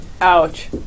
ouch